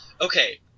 okay